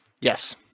Yes